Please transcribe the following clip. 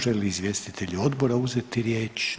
Žele li izvjestitelji odbora uzeti riječ?